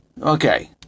Okay